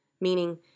Meaning